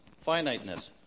finiteness